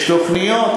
יש תוכניות,